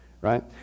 right